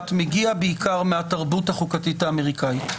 מגיע בעיקר מהתרבות החוקתית האמריקאית.